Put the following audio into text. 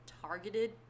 targeted